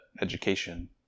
education